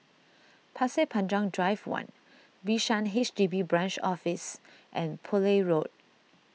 Pasir Panjang Drive one Bishan H D B Branch Office and Poole Road